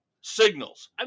signals